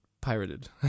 pirated